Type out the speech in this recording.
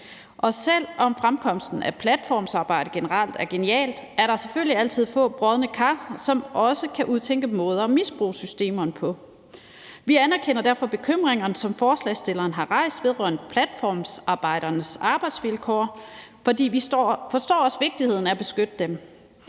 genialt med fremkomsten af platformsarbejde, er der selvfølgelig også altid få brodne kar, som kan udtænke måder at misbruge systemerne på. Vi anerkender derfor bekymringerne, som forslagsstillerne har rejst vedrørende platformsarbejdernes arbejdsvilkår, for vi forstår også vigtigheden af at beskytte dem.